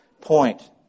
point